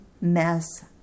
mess